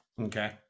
okay